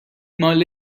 مال